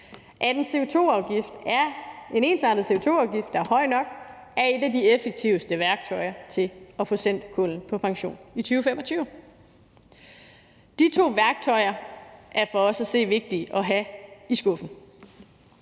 – at en ensartet CO2-afgift, der er høj nok, er et af de mest effektive værktøjer til at få sendt kullet på pension i 2025. De to værktøjer er for os at se vigtige at have i skuffen